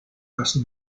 casi